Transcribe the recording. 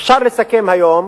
אפשר לסכם היום